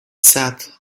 sat